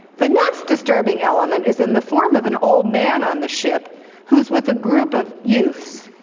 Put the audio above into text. the next disturbing element is in the form of an old man on the ship who's with a group of youths.